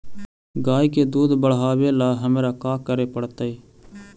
गाय के दुध बढ़ावेला हमरा का करे पड़तई?